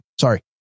Sorry